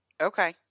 Okay